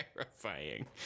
terrifying